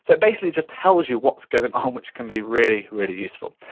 so it basically just tells you what's going on which can be really, really useful.